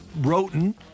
Roten